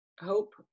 Hope